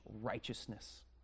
righteousness